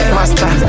master